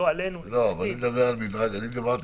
לא עלינו --- אני מדבר על מדרג.